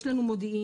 יש לנו מודיעין,